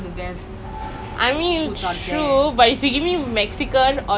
do you know rudy believed it if I say that was my first time eating tacos